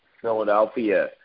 Philadelphia